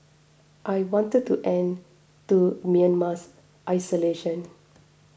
I wanted to end to Myanmar's isolation